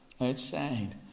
Outside